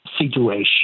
situation